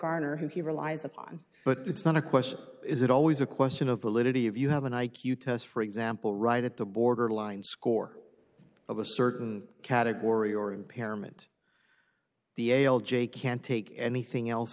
garner who he relies upon but it's not a question is it always a question of political you have an i q test for example right at the borderline score of a certain category or impairment the ael j can't take anything else